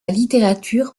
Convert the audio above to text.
littérature